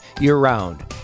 year-round